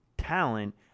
talent